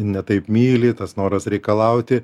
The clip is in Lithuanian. ne taip myli tas noras reikalauti